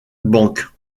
bank